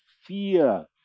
fear